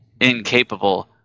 incapable